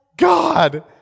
God